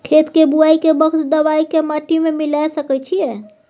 खेत के बुआई के वक्त दबाय के माटी में मिलाय सके छिये?